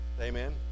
amen